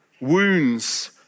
wounds